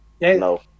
No